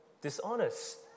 dishonest